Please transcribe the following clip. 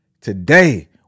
Today